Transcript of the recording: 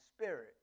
spirit